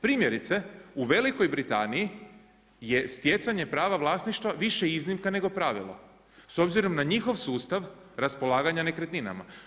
Primjerice u Velikoj Britaniji jer stjecanje prava vlasništva više iznimka nego pravilo s obzirom na njihov sustav raspolaganja nekretninama.